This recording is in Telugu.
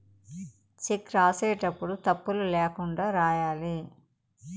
చెక్ రాసేటప్పుడు తప్పులు ల్యాకుండా రాయాలి